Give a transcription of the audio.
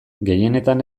gehienetan